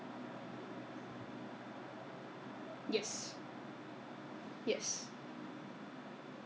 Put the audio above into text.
oh 就是说他已经 send 你 message 了 already inform you beforehand 跟你讲说 okay 这个时间到时间去那个地方拿 collect